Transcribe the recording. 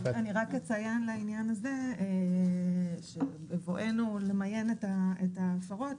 אני רק אציין לעניין הזה שבבואנו למיין את ההפרות,